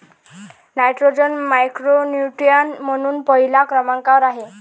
nitrogen macronutrient म्हणून पहिल्या क्रमांकावर आहे